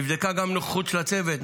נבדקה גם נוכחות של הצוות,